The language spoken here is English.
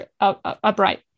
upright